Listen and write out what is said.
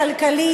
כלכלי,